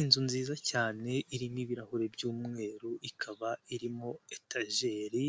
Inzu nziza cyane irimo ibirahuri by'umweru ikaba irimo etajeri